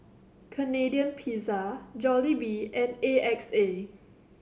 Canadian Pizza Jollibee and A X A